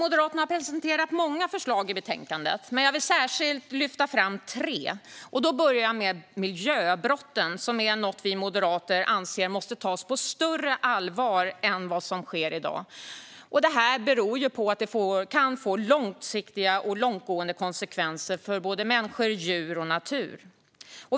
Moderaterna har presenterat många förslag i betänkandet. Jag vill särskilt lyfta fram tre. Jag börjar med miljöbrotten, som är något vi moderater menar måste tas på större allvar än vad som sker i dag. De kan få långsiktiga och långtgående konsekvenser för människor, djur och natur.